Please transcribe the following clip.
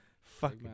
Fuck